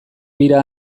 bira